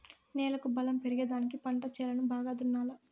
నేలకు బలం పెరిగేదానికి పంట చేలను బాగా దున్నాలా